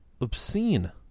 obscene